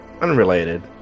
Unrelated